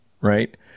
right